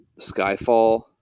Skyfall